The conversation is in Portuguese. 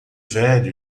velho